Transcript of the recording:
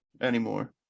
anymore